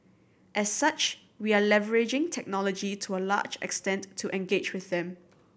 as such we are leveraging technology to a large extent to engage with them